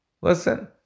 listen